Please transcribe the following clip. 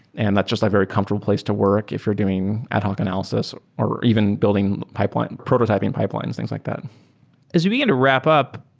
and that's just a very comfortable place to work if you're doing ad hoc analysis or even building pipeline, prototyping pipelines, things like that as we begin to wrap up,